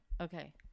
Okay